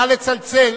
נא לצלצל.